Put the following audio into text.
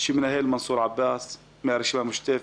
את הוועדה מנהל חבר הכנסת מנסור עבאס מהרשימה המשותפת.